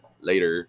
later